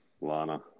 Lana